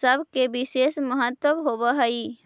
सब के विशेष महत्व होवऽ हई